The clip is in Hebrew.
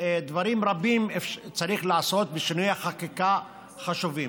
דברים רבים צריך לעשות, ושינויי החקיקה חשובים.